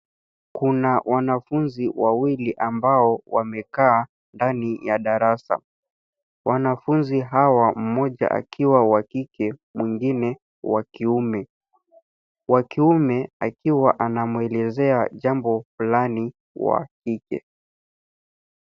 Kuna wanafunzi wawili ambao wamekaa ndani ya darasa wanafunzi hawa mmoja akiwa wa kike mwingine wa kiume, wa kiume akiwa anamwelezea jambo fulani wa kike.